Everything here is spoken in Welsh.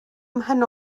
mhen